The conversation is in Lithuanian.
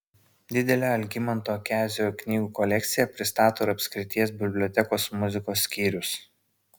didelę algimanto kezio knygų kolekciją pristato ir apskrities bibliotekos muzikos skyrius